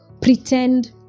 pretend